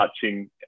touching